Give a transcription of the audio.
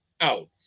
out